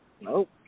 Nope